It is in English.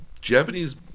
Japanese